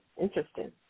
interesting